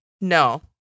No